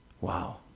Wow